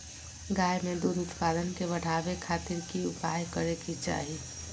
गाय में दूध उत्पादन के बढ़ावे खातिर की उपाय करें कि चाही?